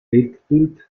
weltbild